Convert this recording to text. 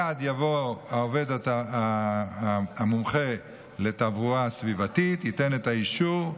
מייד יבוא העובד המומחה לתברואה סביבתית וייתן את האישור,